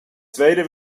tweede